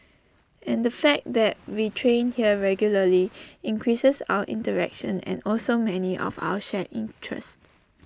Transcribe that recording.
and the fact that we train here regularly increases our interaction and also many of our shared interests